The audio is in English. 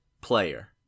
player